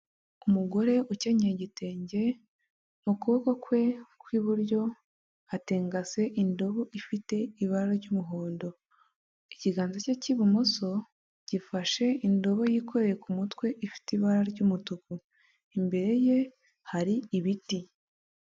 Umugore ukenyeye igitenge mu kuboko kwe kw'iburyo atengase indobo ifite ibara ry'umuhondo, ikiganza cye cy'ibumoso gifashe indobo yikoreye ku mutwe ifite ibara ry'umutuku imbere ye hari ibiti.